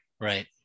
right